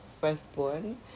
firstborn